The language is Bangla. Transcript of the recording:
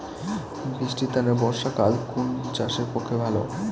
বৃষ্টির তানে বর্ষাকাল কুন চাষের পক্ষে ভালো?